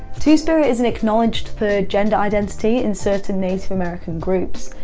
two-spirit is an acknowledged third gender identity in certain native american groups,